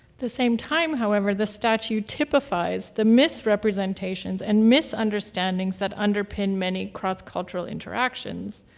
the same time, however, the statue typifies the misrepresentations and misunderstandings that underpin many cross-cultural interactions.